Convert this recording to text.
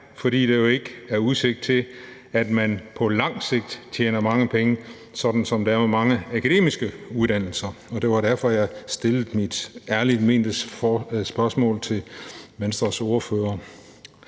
fordi der jo ikke er udsigt til, at man på lang sigt tjener mange penge, sådan som det er med mange akademiske uddannelser. Det var derfor, jeg stillede mit ærligt mente spørgsmål til Venstres ordfører.